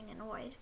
annoyed